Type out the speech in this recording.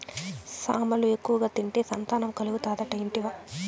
సామలు ఎక్కువగా తింటే సంతానం కలుగుతాదట ఇంటివా